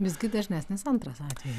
visgi dažnesnis antras atvejis